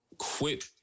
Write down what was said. quit